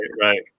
right